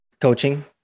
coaching